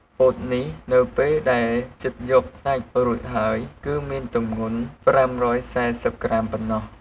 ពោតនេះនៅពេលដែលចិតយកសាច់រួចហើយគឺមានទម្ងន់ ៥៤០ក្រាម ប៉ុណ្ណោះ។